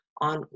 on